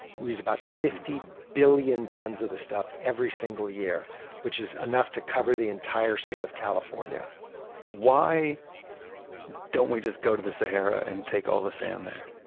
we use about fifty billion tons of the stuff every single year which is enough to cover the entire state of california why don't we just go to the sahara and take all the sand there?